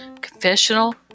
Confessional